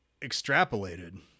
extrapolated